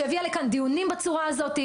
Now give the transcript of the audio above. שהביאה לכאן דיונים בצורה הזאת,